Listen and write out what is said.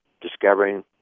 discovering